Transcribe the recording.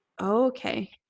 okay